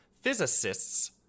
Physicists